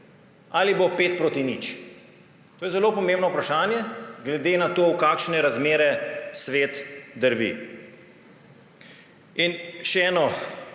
ali bo 5 proti 0? To je zelo pomembno vprašanje glede na to, v kakšne razmere svet drvi. In še eno